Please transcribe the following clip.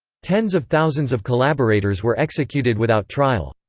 tens of thousands of collaborators were executed without trial.